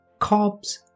carbs